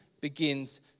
begins